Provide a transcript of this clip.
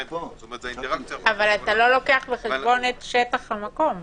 אבל אתה לא לוקח בחשבון את שטח המקום.